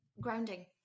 grounding